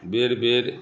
बेर बेर